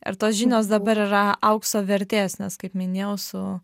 ar tos žinios dabar yra aukso vertės nes kaip minėjau su